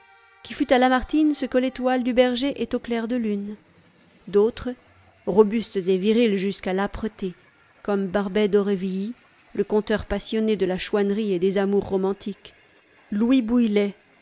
qui fut à lamartine ce que l'étoile du berger est au clair de lune d'autres robustes et virils jusqu'à l'âpreté comme barbey d'aurevilly le conteur passionné de la chouannerie et des amours romantiques louis bouilhet